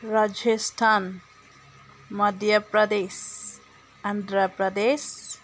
Rajasthan Madhya Pradesh Andhra Pradesh